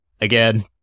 again